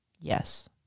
Yes